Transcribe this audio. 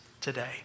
today